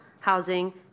housing